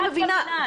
רק במינהל.